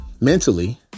mentally